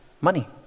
money